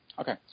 Okay